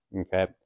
Okay